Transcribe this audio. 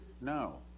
No